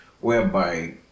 whereby